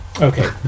Okay